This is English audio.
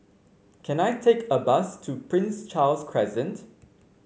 can I take a bus to Prince Charles Crescent